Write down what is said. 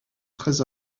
très